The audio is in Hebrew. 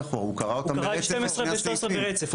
הוא קרא את 12 ו-13 ברצף.